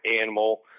animal